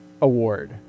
award